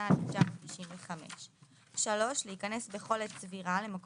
התשנ"ה 1995‏; (3)להיכנס בכל עת סבירה למקום